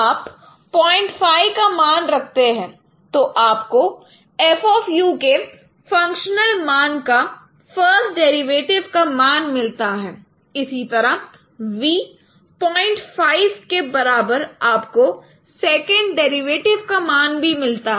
आप 05 का मान रखते हैं तो आपको F के फंक्शनल मान का फ़र्स्ट डेरिवेटिव का मान मिलता है इसी तरह v 05 के बराबर आपको सेकंड डेरिवेटिव का मान भी मिलता है